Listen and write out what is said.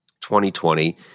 2020